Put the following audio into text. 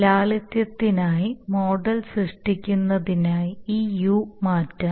ലാളിത്യത്തിനായി model സൃഷ്ടിക്കാനായി ഈ U മാറ്റാം